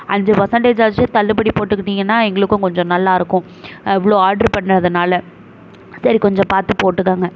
அஞ்சு பர்சென்டேஜாச்சும் தள்ளுபடி போட்டுக்கிட்டிங்கனா எங்களுக்கும் கொஞ்ச ம் நல்லாயிருக்கும் இவ்வளோ ஆர்ட்ரு பண்ணிணதுனால சரி கொஞ்சம் பார்த்து போட்டுக்கங்க